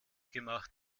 gemacht